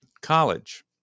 college